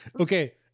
Okay